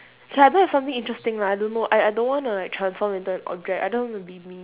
K I don't have something interesting lah I don't know I I don't wanna like transform into an object I don't want to be me